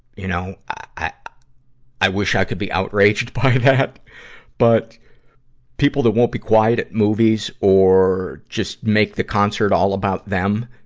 you know, i i wish i could be outraged by that, but people that won't be quiet at movies or just make the concert all about them,